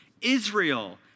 Israel